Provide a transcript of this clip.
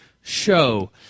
show